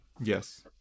yes